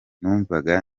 numvaga